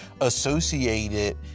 associated